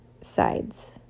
sides